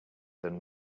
than